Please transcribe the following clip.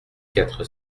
quatre